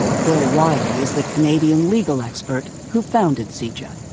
bill wiley is the canadian legal expert who founded cija.